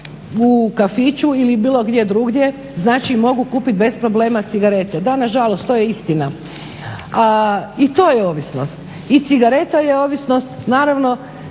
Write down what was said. u kafiću ili bilo gdje drugdje, znači mogu kupiti bez problema cigarete. Da, nažalost to je istina. I to je ovisnost. I cigareta je ovisnost, naravno